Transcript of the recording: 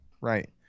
right